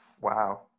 Wow